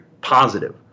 positive